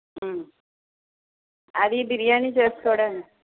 అది బిర్యానీ చేసుకోవడానికి